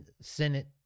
Senate